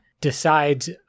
decides